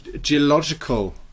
geological